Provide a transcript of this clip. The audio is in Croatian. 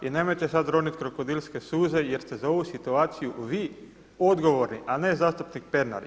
I nemojte sad ronit krokodilske suze, jer ste za ovu situaciju vi odgovorni, a ne zastupnik Pernar.